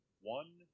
one